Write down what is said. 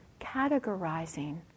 categorizing